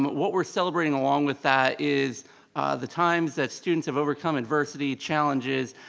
what we're celebrating along with that is the times that students have overcome adversity, challenges,